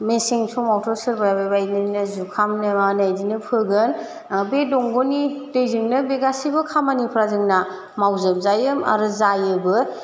मेसें समावथ' सोरबाया बेबायदिनो जुखामनो मानो बिदिनो फोगोन बे दंग'नि दैजोंनो बे गासैबो खामानिफ्रा जोंना मावजोबजायो आरो जायोबो